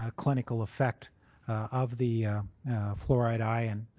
ah clinical effect of the fluoride ion,